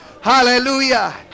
Hallelujah